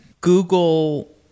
Google